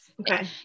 okay